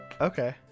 okay